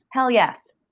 hell, yes.